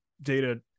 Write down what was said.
data